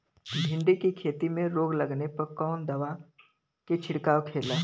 भिंडी की खेती में रोग लगने पर कौन दवा के छिड़काव खेला?